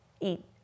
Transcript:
eat